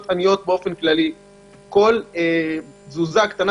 ובאופן כללי כל רשויות כל תזוזה קטנה